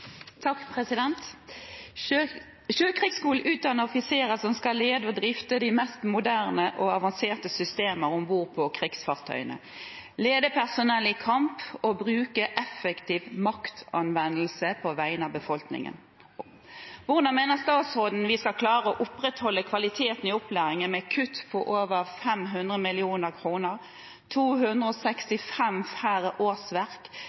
skal lede og drifte de mest moderne og avanserte systemer om bord på krigsfartøyene, lede personell i kamp og bruke effektiv maktanvendelse på vegne av befolkningen. Hvordan mener statsråden vi skal klare å opprettholde kvaliteten i opplæringen med kutt på over 500 mill. kroner, 265 færre årsverk, når utdanningen reduseres med ett år, og